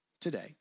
today